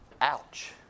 Ouch